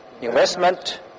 investment